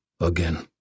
Again